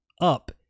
up